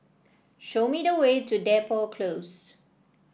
show me the way to Depot Close